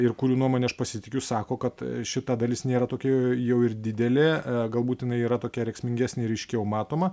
ir kurių nuomone aš pasitikiu sako kad šita dalis nėra tokia jau ir didelė galbūt jinai yra tokia rėksmingesnė ir ryškiau matoma